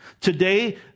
Today